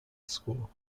school